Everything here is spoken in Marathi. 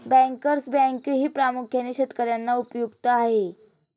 बँकर्स बँकही प्रामुख्याने शेतकर्यांना उपयुक्त आहे